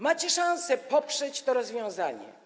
Macie szanse poprzeć to rozwiązanie.